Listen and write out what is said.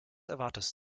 erwartest